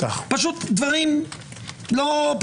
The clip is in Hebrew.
פשוט דברים מופרכים.